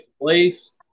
place